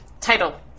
Title